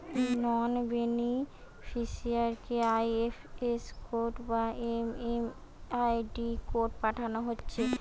নন বেনিফিসিয়ারিকে IFS code বা MMID code পাঠানা হচ্ছে